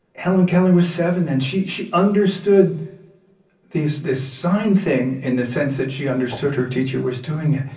helen keller was seven, and she she understood this this sign thing, in the sense that she understood her teacher was doing it,